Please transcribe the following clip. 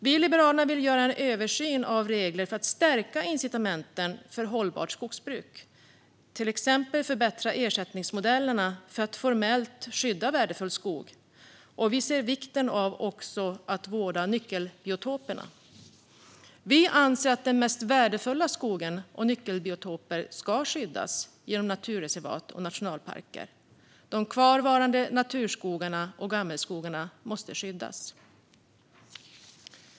Vi liberaler vill göra en översyn av regler för att stärka incitamenten för hållbart skogsbruk genom att till exempel förbättra ersättningsmodellerna för att formellt skydda värdefull skog. Vi ser också vikten av att vårda nyckelbiotoper. Vi anser att den mest värdefulla skogen och nyckelbiotoper ska skyddas genom naturreservat och nationalparker. De kvarvarande naturskogarna och gammelskogarna måste skyddas.